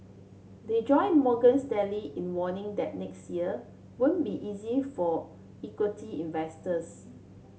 they join Morgan Stanley in warning that next year won't be easy for equity investors